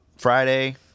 Friday